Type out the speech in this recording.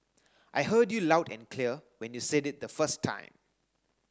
I heard you loud and clear when you said it the first time